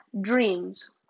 dreams